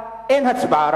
אין הצבעה,